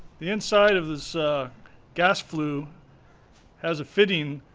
the inside of this gas flue has a fitting,